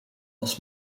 als